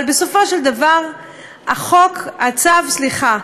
אבל בסופו של דבר הצו אומר: